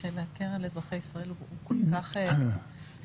של הקרן לאזרחי ישראל הוא כל כך מוגן.